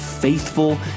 faithful